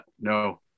No